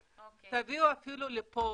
תביאו אפילו לפה,